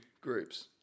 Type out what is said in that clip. groups